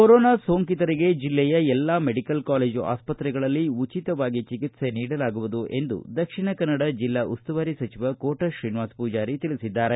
corona ಸೋಂಕಿತರಿಗೆ ಜಿಲ್ಲೆಯ ಎಲ್ಲಾ ಮೆಡಿಕಲ್ ಕಾಲೇಜು ಆಸ್ಪತ್ರೆಗಳಲ್ಲಿ ಉಚಿತವಾಗಿ ಚಿಕಿತ್ಸೆ ನೀಡಲಾಗುವುದು ಎಂದು ದಕ್ಷಿಣ ಕನ್ನಡ ಜಿಲ್ಲಾ ಉಸ್ತುವಾರಿ ಸಚಿವ ಕೋಟ ಶ್ರೀನಿವಾಸ ಪೂಜಾರಿ ತಿಳಿಸಿದ್ದಾರೆ